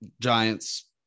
Giants